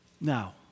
Now